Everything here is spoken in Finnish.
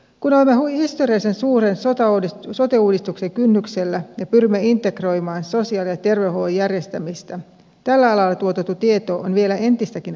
kun olemme historiallisen suuren sote uudistuksen kynnyksellä ja pyrimme integroimaan sosiaali ja terveydenhuollon järjestämistä tällä alalla tuotettu tieto on vielä entistäkin arvokkaampaa